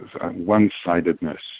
one-sidedness